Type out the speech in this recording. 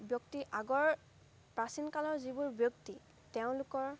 ব্যক্তি আগৰ প্ৰাচীন কালৰ যিবোৰ ব্যক্তি তেওঁলোকৰ